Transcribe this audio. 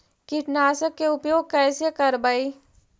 कीटनाशक के उपयोग कैसे करबइ?